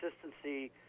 consistency